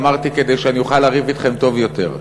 אמרתי: כדי שאני אוכל לריב אתכם טוב יותר,